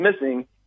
missing